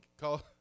Call